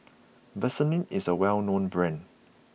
Vaselin is a well known brand